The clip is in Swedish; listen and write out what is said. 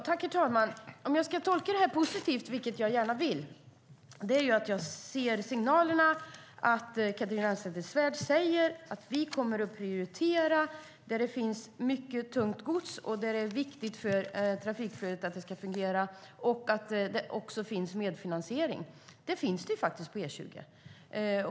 Herr talman! Ska jag tolka detta positivt, vilket jag gärna vill, ser jag signalerna och hör Catharina Elmsäter-Svärd säga att man kommer att prioritera där det går mycket tungt gods, där det är viktigt att trafikflödet fungerar och där det finns medfinansiering. Det finns det för E20.